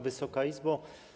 Wysoka Izbo!